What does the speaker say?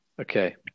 Okay